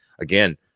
Again